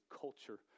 culture